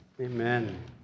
Amen